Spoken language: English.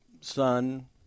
son